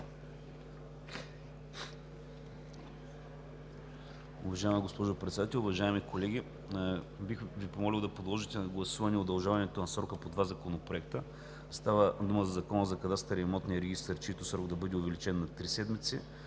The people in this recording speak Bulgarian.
Уважаема госпожо Председател, уважаеми колеги! Бих Ви помолил да подложите на гласуване удължаване на срока по два законопроекта. Става дума за Закона за кадастъра и имотния регистър, чийто срок да бъде увеличен на три седмици,